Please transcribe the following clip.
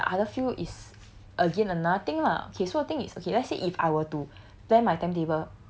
but then like the other few is again another thing lah okay so thing it's okay let's say if I were to